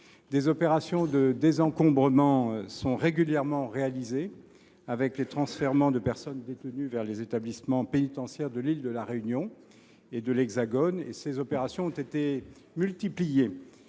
Des opérations de désencombrement sont régulièrement réalisées, grâce au transfèrement de personnes détenues vers les établissements pénitentiaires de La Réunion et de l’Hexagone. Ces opérations, dont le